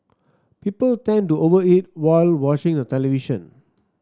people tend to over eat while watching the television